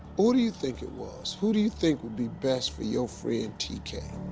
who do you think it was? who do you think will be best for your friend tekay?